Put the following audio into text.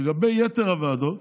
לגבי יתר הוועדות,